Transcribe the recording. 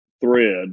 thread